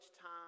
time